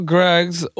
Greg's